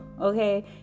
okay